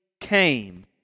came